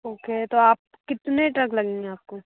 okay तो आप कितने ट्रक लगेंगे आप को